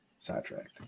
sidetracked